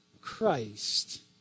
Christ